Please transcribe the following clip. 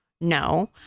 No